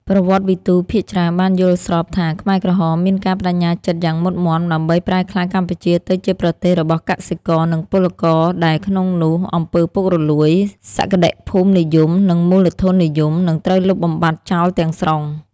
ប្រវត្តិវិទូភាគច្រើនបានយល់ស្របថា ខ្មែរក្រហមមានការប្តេជ្ញាចិត្តយ៉ាងមុតមាំដើម្បីប្រែក្លាយកម្ពុជាទៅជាប្រទេសរបស់កសិករ និងពលករ ដែលក្នុងនោះអំពើពុករលួយ សក្តិភូមិនិយម និងមូលធននិយម នឹងត្រូវលុបបំបាត់ចោលទាំងស្រុង។